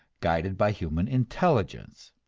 guided by human intelligence.